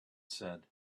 said